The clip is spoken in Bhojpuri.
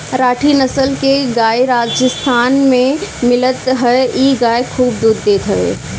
राठी नसल के गाई राजस्थान में मिलत हअ इ गाई खूब दूध देत हवे